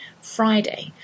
Friday